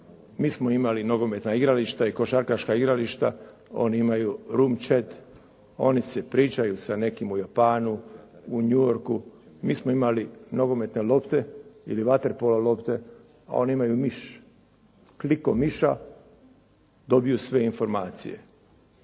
Mi smo imali nogometna igrališta i košarkaška igrališta. Oni imaju room chat. Oni si pričaju sa nekim u Japanu, u New Yorku. Mi smo imali nogometne lopte ili vaterpolo lopte, a oni imaju miš. Klikom miša dobiju sve informacije.